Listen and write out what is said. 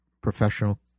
professional